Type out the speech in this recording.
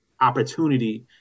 opportunity